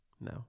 No